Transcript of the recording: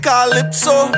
Calypso